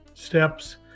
steps